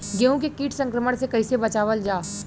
गेहूँ के कीट संक्रमण से कइसे बचावल जा?